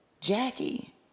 Jackie